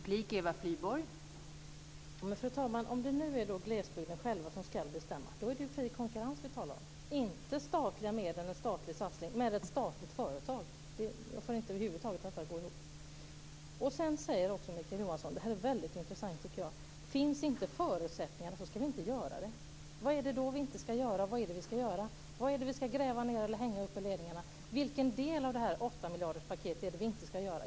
Fru talman! Om det nu är så att man ska bestämma själv i glesbygden så är det ju fri konkurrens vi talar om - inte statliga medel eller en statlig satsning med ett statligt företag. Jag får över huvud taget inte detta att gå ihop. Sedan säger också Mikael Johansson, och det är väldigt intressant tycker jag, att finns inte förutsättningarna ska vi inte göra det. Vad är det då vi inte ska göra och vad är det vi ska göra? Vad är det vi ska gräva ned eller hänga upp i ledningarna? Vilken del av det här åttamiljarderspaketet är det vi inte ska genomföra?